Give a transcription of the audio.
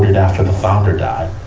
after the founder died.